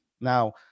Now